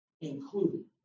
including